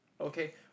Okay